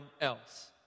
else